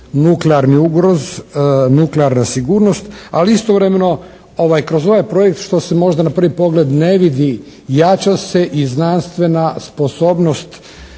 nuklearni ugroz, nuklearna sigurnost, ali istovremeno kroz ovaj projekt što se možda na prvi pogled ne vidi, jača se i znanstvena sposobnost